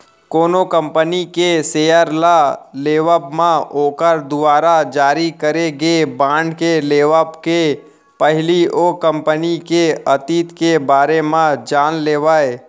कोनो कंपनी के सेयर ल लेवब म ओखर दुवारा जारी करे गे बांड के लेवब के पहिली ओ कंपनी के अतीत के बारे म जान लेवय